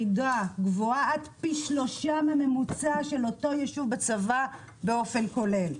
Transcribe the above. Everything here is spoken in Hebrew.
--- גבוה עד פי 3 מממוצע של אותו ישוב בצבא באופן כולל.